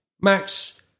Max